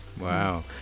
Wow